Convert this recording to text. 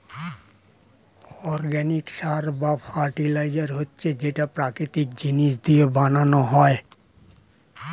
organic সার বা fertiliser হচ্ছে যেটা প্রাকৃতিক জিনিস দিয়ে বানানো হয়